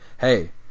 hey